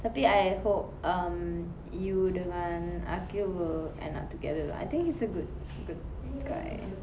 tapi I hope um you dengan aqil will end up together lah I think he's a good good guy